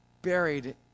Buried